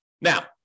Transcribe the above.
Now